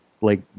Blake